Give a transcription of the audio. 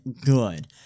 good